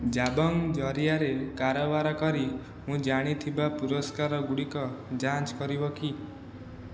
ଜାବଙ୍ଗ୍ ଜରିଆରେ କାରବାର କରି ମୁଁ ଜାଣିଥିବା ପୁରସ୍କାରଗୁଡ଼ିକ ଯାଞ୍ଚ କରିବ କି